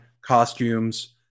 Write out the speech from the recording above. costumes